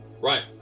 Right